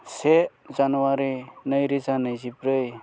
से जानुवारि नैरोजा नैजिब्रै